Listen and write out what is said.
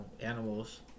animals